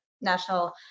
National